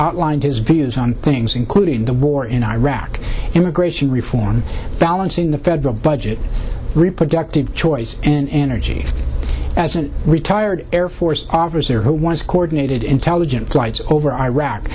outlined his views on things including the war in iraq immigration reform balancing the federal budget reproductive choice and energy as a retired air force officer who was coordinated intelligent flights over iraq